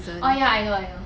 oh ya I know I know